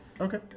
Okay